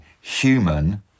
human